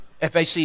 FAC